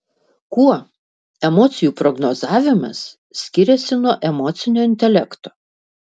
kuo emocijų prognozavimas skiriasi nuo emocinio intelekto